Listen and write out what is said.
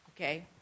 Okay